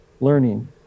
learning